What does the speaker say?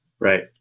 Right